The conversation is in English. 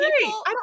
People